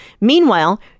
Meanwhile